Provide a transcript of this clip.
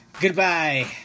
goodbye